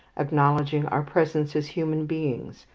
acknowledging our presence as human beings,